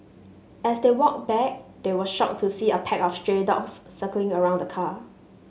as they walked back they were shocked to see a pack of stray dogs circling around the car